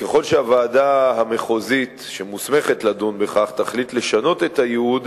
ככל שהוועדה המחוזית שמוסמכת לדון בכך תחליט לשנות את הייעוד,